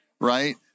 right